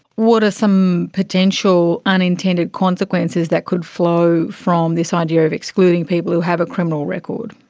what are some potential unintended consequences that could flow from this idea of excluding people who have a criminal record?